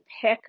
pick